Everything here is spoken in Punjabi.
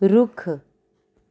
ਰੁੱਖ